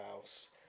Mouse